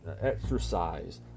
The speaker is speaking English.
exercise